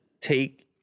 take